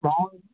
బాగుంది